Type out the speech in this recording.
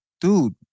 dude